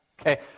okay